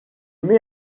met